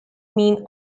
mean